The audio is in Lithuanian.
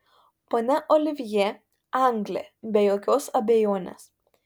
ponia olivjė anglė be jokios abejonės